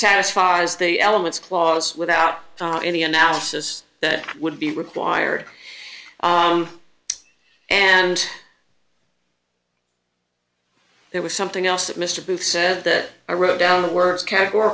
satisfies the elements clause without any analysis that would be required and there was something else that mr booth said that i wrote down the words categor